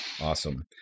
Awesome